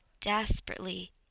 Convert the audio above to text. desperately